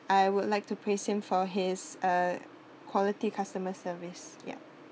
I would like to praise him for his uh quality customer service yup